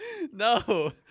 No